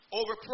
over